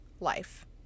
life